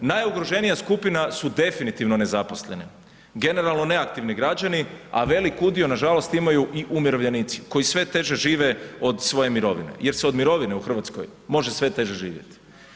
Najugroženija skupina su definitivno nezaposleni, generalno neaktivni građani, a velik udio nažalost imaju i umirovljenici koji sve teže žive od svoje mirovine jer se od mirovine u RH može sve teže živjeti.